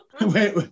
wait